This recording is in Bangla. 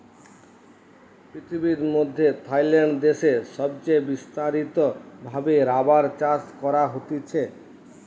পৃথিবীর মধ্যে থাইল্যান্ড দেশে সবচে বিস্তারিত ভাবে রাবার চাষ করা হতিছে